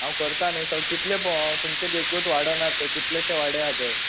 हांव करता न्हू सगळे कितले पोव हांव तुमचे देखूत वाडो ना थंय कितलेशे वाडे हा थंय